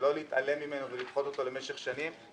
ולא להתעלם ממנו ולדחות אותו למשך שנים.